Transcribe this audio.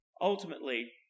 ultimately